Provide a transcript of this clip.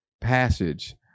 passage